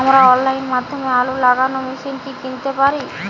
আমরা অনলাইনের মাধ্যমে আলু লাগানো মেশিন কি কিনতে পারি?